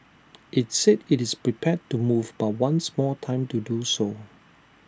IT said IT is prepared to move but wants more time to do so